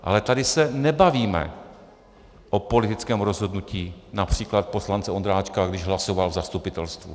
Ale tady se nebavíme o politickém rozhodnutí například poslance Ondráčka, když hlasoval v zastupitelstvu.